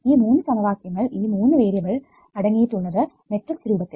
ഈ മൂന്ന് സമവാക്യങ്ങൾ ഈ മൂന്ന് വേരിയബിൾ അടങ്ങിയിട്ടുള്ളത് മെട്രിക്സ് രൂപത്തിൽ